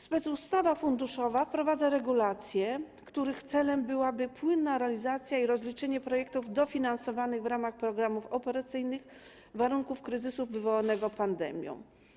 Specustawa funduszowa wprowadza regulacje, których celem byłaby płynna realizacja i rozliczenie projektów dofinansowanych w ramach programów operacyjnych w warunkach kryzysu wywołanego pandemią.